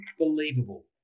unbelievable